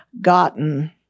gotten